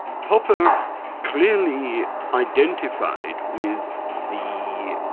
popper clearly identified with the